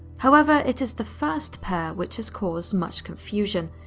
however, it is the first pair which has caused much confusion,